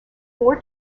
four